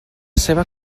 seva